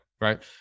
Right